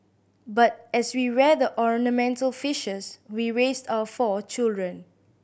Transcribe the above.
but as we rear the ornamental fishes we raised our four children